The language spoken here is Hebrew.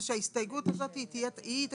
אתה אומר שההסתייגות הזאת היא תקציבית,